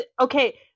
Okay